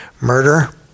Murder